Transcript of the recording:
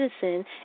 Citizen